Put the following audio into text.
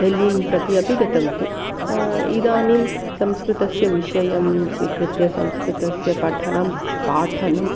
देहलीं प्रति अपि गतवती इदानीं संस्कृतस्य विषयं स्वीकृत्य संस्कृतस्य पठनं पाठनम्